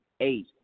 eight